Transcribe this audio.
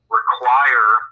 require